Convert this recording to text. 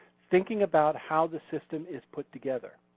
thinking about how the system is put together.